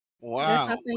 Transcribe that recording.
Wow